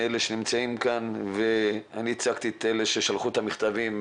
אלה שנמצאים כאן והצגתי את אלה ששלחו את המכתבים,